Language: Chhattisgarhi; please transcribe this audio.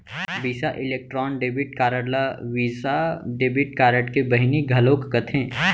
बिसा इलेक्ट्रॉन डेबिट कारड ल वीसा डेबिट कारड के बहिनी घलौक कथें